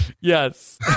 Yes